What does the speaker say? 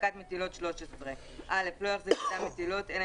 החזקת מטילות (א)לא יחזיק אדם מטילות אלא